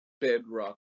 bedrock